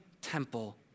temple